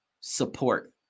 support